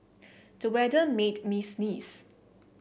the weather made me sneeze